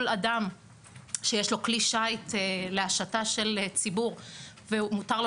יכול אדם שיש לו כלי שיט להשטה של ציבור ומותר לו